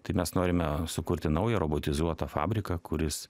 tai mes norime sukurti naują robotizuotą fabriką kuris